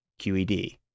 QED